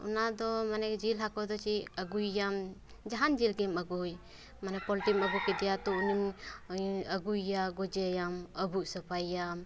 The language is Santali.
ᱚᱱᱟ ᱫᱚ ᱢᱟᱱᱮ ᱡᱤᱞ ᱦᱟᱠᱩ ᱫᱚ ᱪᱮᱫ ᱟᱹᱜᱩᱭ ᱭᱟᱢ ᱡᱟᱦᱟᱸᱱ ᱡᱤᱞ ᱜᱮᱢ ᱟᱹᱜᱩᱭ ᱢᱟᱱᱮ ᱯᱚᱞᱴᱤᱢ ᱟᱹᱜᱩ ᱠᱮᱫᱮᱭᱟ ᱛᱚ ᱩᱱᱤᱢ ᱟᱹᱜᱩᱭ ᱭᱟ ᱜᱚᱡᱮᱭᱟᱢ ᱟᱹᱵᱩᱜ ᱥᱟᱯᱟᱭ ᱭᱟᱢ